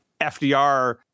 FDR